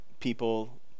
people